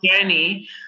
journey